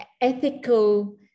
ethical